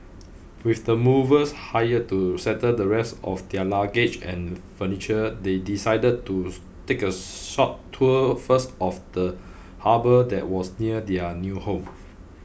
with the movers hired to settle the rest of their luggage and furniture they decided to take a short tour first of the harbour that was near their new home